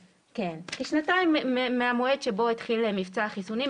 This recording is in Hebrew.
כשנתיים מהמועד בו התחיל מבצע החיסונים,